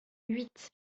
huit